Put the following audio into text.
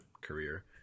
career